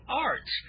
arts